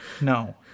no